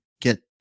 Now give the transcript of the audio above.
get